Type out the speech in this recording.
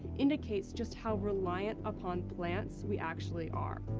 indicates just how reliant upon plants we actually are.